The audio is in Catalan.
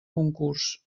concurs